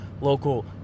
local